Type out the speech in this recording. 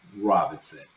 robinson